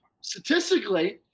statistically